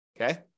okay